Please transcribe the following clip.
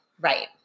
right